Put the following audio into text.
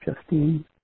Justine